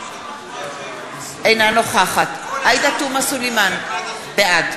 אינה נוכחת עאידה תומא סלימאן, בעד